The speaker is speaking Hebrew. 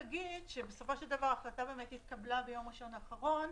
בסופו של דבר ההחלטה התקבלה ביום ראשון האחרון,